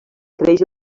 creix